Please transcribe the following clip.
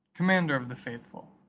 commander of the faithful,